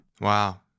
Wow